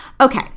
okay